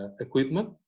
equipment